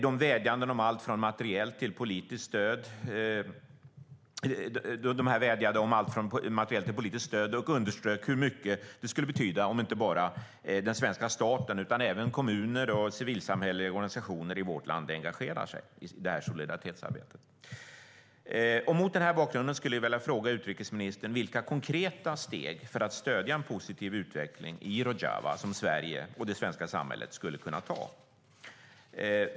De vädjade om allt från materiellt till politiskt stöd och underströk hur mycket det skulle betyda om inte bara den svenska staten utan även kommuner och civilsamhälleliga organisationer i vårt land engagerar sig i solidaritetsarbetet. Mot den bakgrunden skulle jag vilja fråga utrikesministern vilka konkreta steg Sverige och det svenska samhället skulle kunna ta för att stödja en positiv utveckling i Rojava.